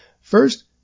First